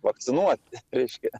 vakcinuoti reiškia